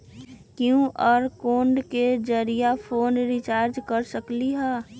QR code के जरिय phone recharge कर सकली ह?